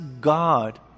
God